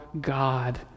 God